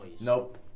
Nope